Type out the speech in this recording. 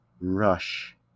rush